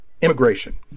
immigration